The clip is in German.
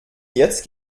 jetzt